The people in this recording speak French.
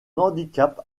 handicap